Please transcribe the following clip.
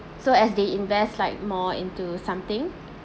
so as they invest like more into something